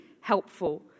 helpful